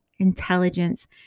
intelligence